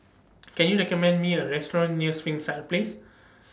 Can YOU recommend Me A Restaurant near Springside Place